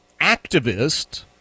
activist